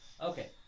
Okay